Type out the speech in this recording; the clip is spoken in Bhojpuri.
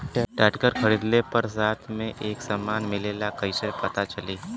ट्रैक्टर खरीदले पर साथ में का समान मिलेला कईसे पता चली?